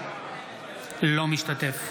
אינו משתתף